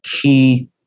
key